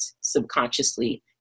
subconsciously